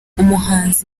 umuhanzi